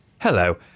Hello